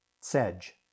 Sedge